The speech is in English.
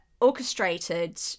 orchestrated